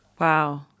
Wow